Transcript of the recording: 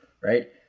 right